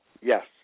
Yes